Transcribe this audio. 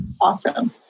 Awesome